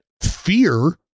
fear